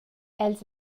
els